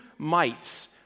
mites